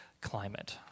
climate